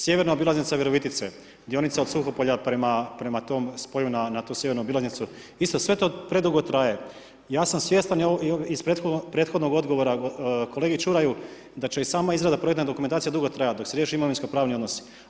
Sjeverna obilaznica Virovitice dionica od Suhopolja prema tom spoju na tu sjevernu obilaznicu isto, sve to predugo traje ja sam svjestan i iz prethodnog odgovora kolegi Čuraju da će i sama izrada projektne dokumentacije dugo trajati dok se riješe imovinsko pravni odnosi.